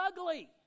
ugly